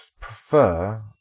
prefer